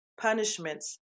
punishments